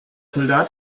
soldat